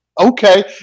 okay